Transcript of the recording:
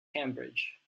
cambridge